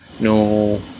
No